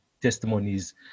testimonies